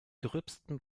gröbsten